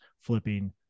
flipping